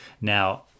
now